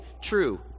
true